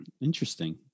Interesting